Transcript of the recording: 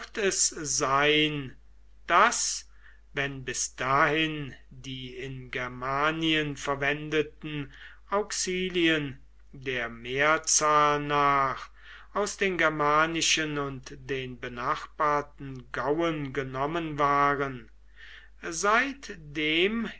es sein daß wenn bis dahin die in germanien verwendeten auxilien der mehrzahl nach aus den germanischen und den benachbarten gauen genommen waren seitdem